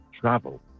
travel